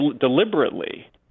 deliberately